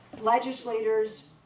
legislators